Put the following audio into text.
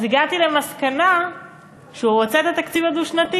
אז הגעתי למסקנה שהוא רוצה את התקציב הדו-שנתי